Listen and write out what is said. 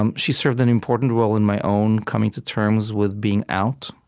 um she served an important role in my own coming to terms with being out.